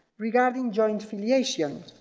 regarding joint filiation.